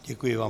Děkuji vám.